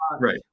right